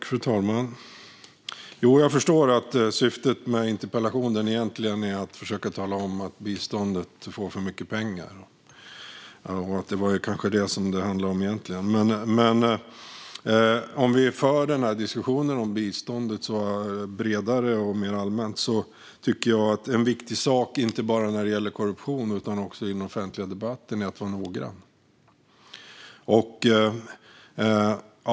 Fru talman! Jo, jag förstår att syftet med interpellationen egentligen är att försöka tala om att biståndet får för mycket pengar. Det var kanske det som det egentligen handlade om. Om vi för diskussionen om biståndet bredare och mer allmänt tycker jag att en viktig sak, inte bara när det gäller korruption utan också i den offentliga debatten, är att vara noggrann.